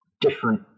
different